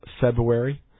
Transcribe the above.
February